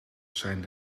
zijn